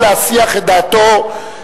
להסתייגויות על שם החוק,